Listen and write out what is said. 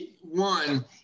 One